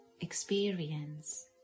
experience